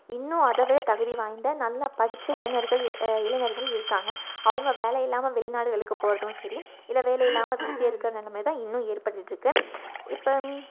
இன்னும் அதைவிட தகுதி வாய்ந்த நல்லா படித்த இளைஞர்கள் இளைஞர்கள் இருக்காங்க அவங்க வேலையில்லாமல் வெளிநாடுகளுக்கு போகிறதும் சரி இல்லை வேலையில்லாமல் வீட்டிலே இருக்கிற நிலைமைதான் இன்னும் ஏற்பட்டுகிட்டு இருக்குது இப்போ